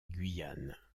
guyane